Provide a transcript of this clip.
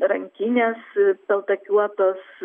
rankinės peltakiuotos